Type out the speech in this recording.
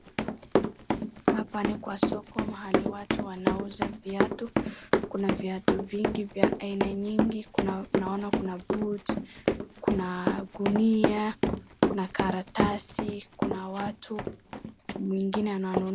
Hapa ni kwa soko mahali watu wanauza viatu. Kuna viatu vingi vya aina nyingi. Kuna, naona kuna boot , kuna gunia, kuna karatasi, kuna watu, mwingine ananu..